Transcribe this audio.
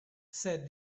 said